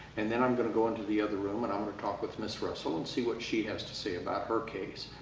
and then i'm going to go into the other room and i'm going to talk with ms. russell and see what she has to say about her case.